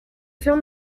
fill